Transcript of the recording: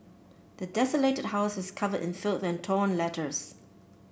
the desolated houses covered in filth and torn letters